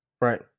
Right